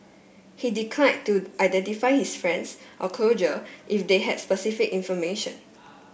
he decline to identify his friends or closure if they had specific information